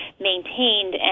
maintained